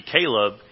Caleb